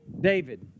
David